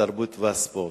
התרבות והספורט.